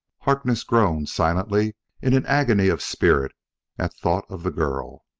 harkness groaned silently in an agony of spirit at thought of the girl.